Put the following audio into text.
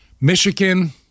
Michigan